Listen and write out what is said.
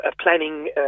planning